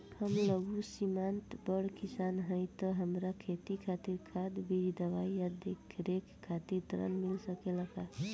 हम लघु सिमांत बड़ किसान हईं त हमरा खेती खातिर खाद बीज दवाई आ देखरेख खातिर ऋण मिल सकेला का?